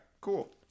cool